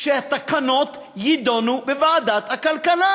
שהתקנות יידונו בוועדת הכלכלה.